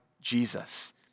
Jesus